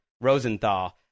Rosenthal